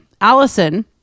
Allison